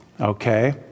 okay